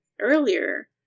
earlier